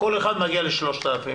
הרווחה והבריאות בנושא הרפורמה בשירותים